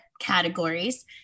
categories